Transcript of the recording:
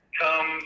come